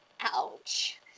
Ouch